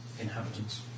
inhabitants